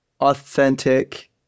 authentic